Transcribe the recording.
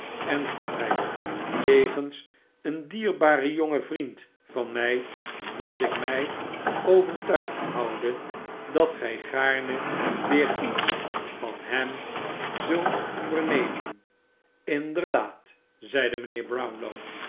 en goedheid jegens een dierbaren jongen vriend van mij dat ik mij overtuigd houde dat gij gaarne weer iets van hem zult vernemen inderdaad zeide mijnheer brownlow